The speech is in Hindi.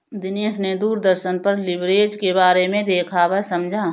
दिनेश ने दूरदर्शन पर लिवरेज के बारे में देखा वह समझा